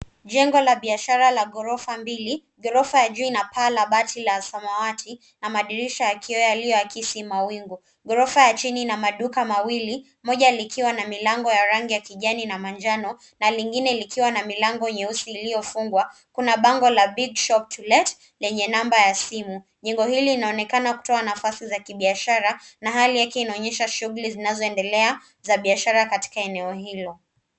Jengo la biashara la ghorofa mbili, ghorofa ya juu ina paa la bati la samawati na madirisha ya kioo yalio akisi mawingu. Ghorofa ya chini ina maduka mawili, moja ikiwa na milango ya rangi ya kijani na manjano na lingine likiwa na milango nyeusi iliofungwa. Kuna bango la big shop to let lenye namba ya simu. Jengo hili linaonekana kutoa nafasi za kibiashara na hali yake inaonyesha shughuli zinazoendelea za biashara katika eneo hilo.